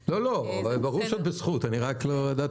בשכר.